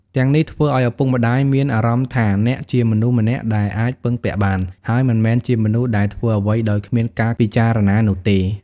ទាំងនេះធ្វើឲ្យឪពុកម្ដាយមានអារម្មណ៍ថាអ្នកជាមនុស្សម្នាក់ដែលអាចពឹងពាក់បាន ហើយមិនមែនជាមនុស្សដែលធ្វើអ្វីដោយគ្មានការពិចារណានោះទេ។